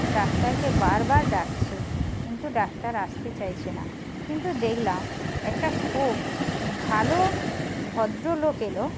ডাক্তারকে বারবার ডাকছে কিন্তু ডাক্তার আসতে চাইছে না কিন্তু দেখলাম একটা খুব ভালো ভদ্রলোক এলো